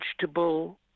vegetable